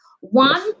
One